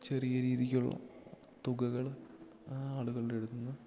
ചെറിയ രീതിക്കുള്ള തുകകൾ ആളുകളുടെ അടുത്തുനിന്ന്